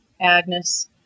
Agnes